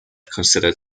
considered